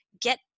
get